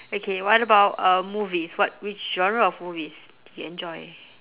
okay what about uh movies what which genre of movies do you enjoy